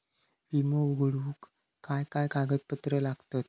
विमो उघडूक काय काय कागदपत्र लागतत?